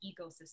ecosystem